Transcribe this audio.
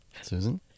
Susan